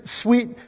sweet